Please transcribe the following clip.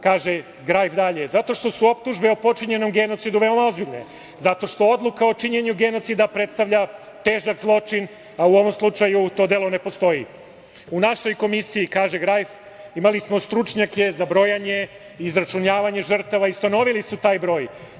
Kaže Grajf dalje: „To je važno zato što su optužbe o počinjenom genocidu veoma ozbiljne, zato što odluka o činjenju genocida predstavlja težak zločin, a u ovom slučaju to delo ne postoji.“ U našoj komisiji, kaže Grajf, imali smo stručnjake za brojanje i izračunavanje žrtava i ustanovili su taj broj.